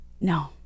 No